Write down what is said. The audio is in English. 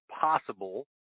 possible